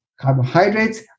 carbohydrates